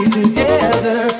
together